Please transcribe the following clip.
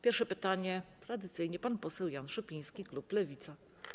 Pierwsze pytanie tradycyjnie zada pan poseł Jan Szopiński, klub Lewica.